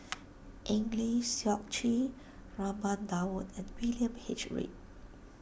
Eng Lee Seok Chee Raman Daud and William H Read